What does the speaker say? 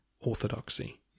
orthodoxy